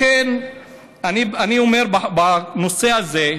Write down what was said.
לכן אני אומר בנושא הזה,